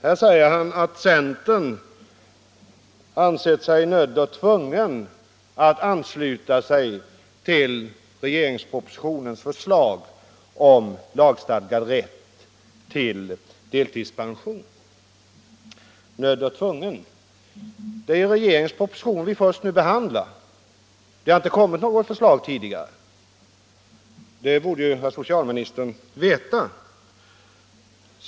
Han påstår att centern har ansett sig nödd och tvungen att ansluta sig till regeringspropositionens förslag om lagstadgad rätt till delpension. Nödd och tvungen? Det är regeringens proposition vi först nu behandlar. Det har inte kommit något förslag tidigare. Det borde ju herr socialministern veta.